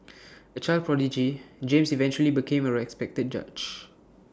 A child prodigy James eventually became A respected judge